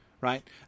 right